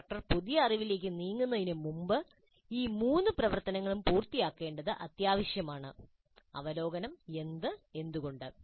instructor പുതിയ അറിവിലേക്ക് നീങ്ങുന്നതിനുമുമ്പ് ഈ മൂന്ന് പ്രവർത്തനങ്ങളും പൂർത്തിയാക്കേണ്ടത് അത്യാവശ്യമാണ് അവലോകനം എന്ത് എന്തുകൊണ്ട്